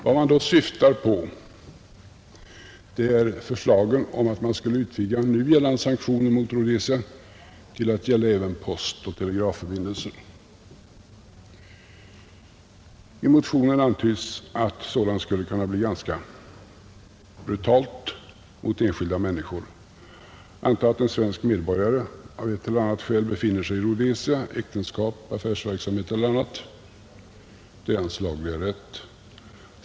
Vad de syftar på är förslagen om att man skulle utvidga nu gällande sanktioner mot Rhodesia till att gälla även postoch telegrafförbindelser. I motionen antydes att sådant skulle kunna verka ganska brutalt mot enskilda människor. Antag att en svensk medborgare av ett eller annat skäl befinner sig i Rhodesia — äktenskap, affärsverksamhet eller annat. Det är hans lagliga rätt.